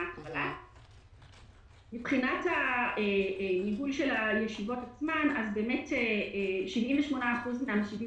מבחינת הניהול של הישיבות 78% מהמשיבים